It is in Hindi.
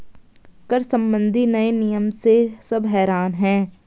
कर संबंधी नए नियम से सब हैरान हैं